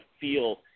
feel